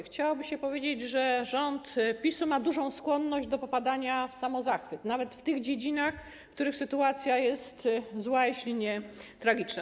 Chciałoby się powiedzieć, że rząd PiS-u ma dużą skłonność do popadania w samozachwyt, nawet w tych dziedzinach, w których sytuacja jest zła, jeśli nie tragiczna.